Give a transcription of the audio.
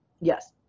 yes